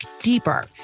deeper